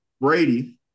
Brady